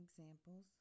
Examples